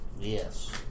Yes